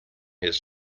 his